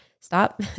stop